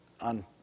on